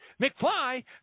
McFly